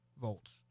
volts